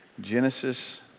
Genesis